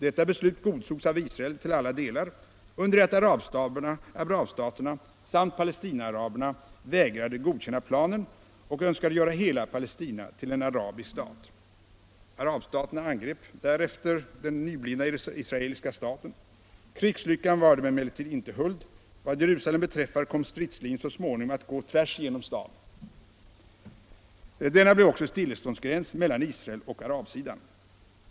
Detta beslut godtogs av Israel till alla delar, under det att arabstaterna samt Palestinaaraberna vägrade godkänna planen och önskade göra hela Palestina till en arabisk stat. Arabstaterna angrep därefter den nyblivna israeliska staten. Krigslyckan var dem emellertid inte huld. Vad Jerusalem beträffar kom stridslinjen så småningom att gå tvärs genom staden. Denna blev också stilleståndsgräns mellan Israel och arabsidan.